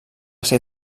ser